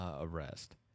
arrest